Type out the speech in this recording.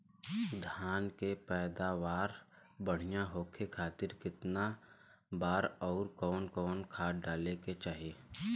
धान के पैदावार बढ़िया होखे खाती कितना बार अउर कवन कवन खाद डाले के चाही?